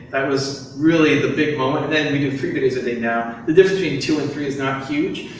that was really the big moment. and then we do three videos a day now. the difference between i mean two and three is not huge,